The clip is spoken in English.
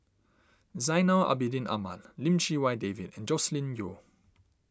Zainal Abidin Ahmad Lim Chee Wai David and Joscelin Yeo